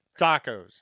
tacos